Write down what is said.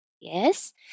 Yes